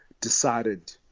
decided